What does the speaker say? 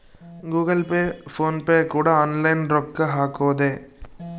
Google Pay PhonePe ಕೂಡ online ರೊಕ್ಕ ಹಕೊದೆ